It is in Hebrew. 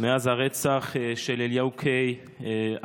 מאז הרצח של אליהו קיי,